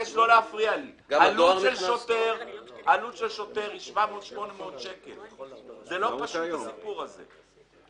עלות של שוטר היא 800-700 שקלים והסיפור הזה לא פשוט.